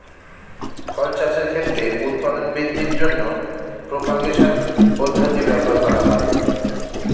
ফল চাষের ক্ষেত্রে উৎপাদন বৃদ্ধির জন্য প্রপাগেশন পদ্ধতি ব্যবহার করা হয়